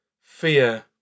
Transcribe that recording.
fear